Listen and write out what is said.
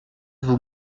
vous